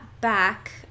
back